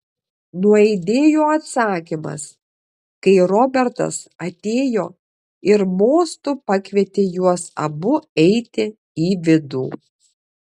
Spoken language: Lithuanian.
nuaidėjo atsakymas kai robertas atėjo ir mostu pakvietė juos abu eiti į vidų